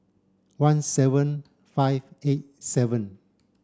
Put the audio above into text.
one seven five eight seven